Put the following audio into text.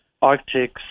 Arctics